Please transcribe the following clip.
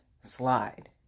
slide